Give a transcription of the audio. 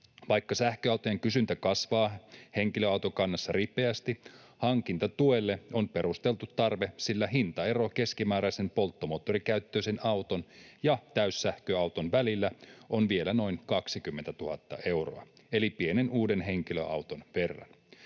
”Vaikka sähköautojen kysyntä kasvaa henkilöautokannassa ripeästi, hankintatuelle on perusteltu tarve, sillä hintaero keskimääräisen polttomoottorikäyttöisen auton ja täyssähköauton välillä on vielä noin 20 000 euroa, eli pienen uuden henkilöauton verran.